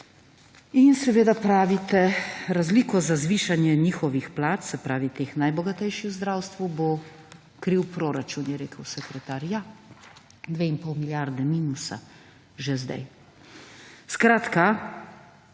In seveda pravite, razliko za zvišanje njihovih plač, se pravi, teh najbogatejših v zdravstvu bo kriv proračun, je rekel sekretar. Ja. Dve in pol milijarde minusa že zdaj. Skratka,